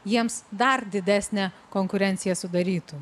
jiems dar didesnę konkurenciją sudarytų